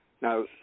Now